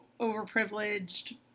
overprivileged